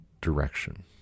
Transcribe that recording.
direction